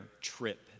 trip